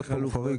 מה החלופות?